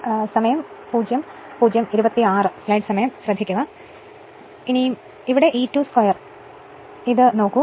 E 2 2 I ഇത് നോക്കൂ